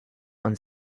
und